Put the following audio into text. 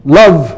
love